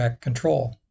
control